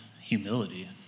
humility